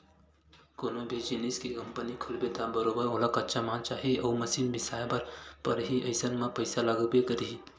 कोनो भी जिनिस के कंपनी खोलबे त बरोबर ओला कच्चा माल चाही अउ मसीन बिसाए बर परही अइसन म पइसा लागबे करही